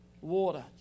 water